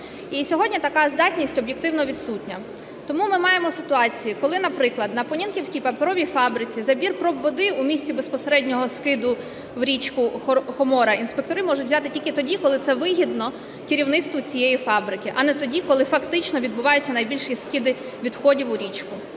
І сьогодні така здатність об'єктивно відсутня. Тому ми маємо ситуацію, коли, наприклад, на Понінківській паперовій фабриці забір проб води у місці безпосереднього скиду в річку Хомора інспектори можуть взяти тільки тоді, коли це вигідно керівництву цієї фабрики, а не тоді, коли фактично відбуваються найбільші скиди відходів у річку.